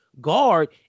guard